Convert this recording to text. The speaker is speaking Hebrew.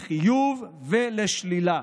לחיוב ולשלילה,